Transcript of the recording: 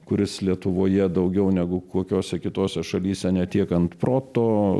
kuris lietuvoje daugiau negu kokiose kitose šalyse ne tiek ant proto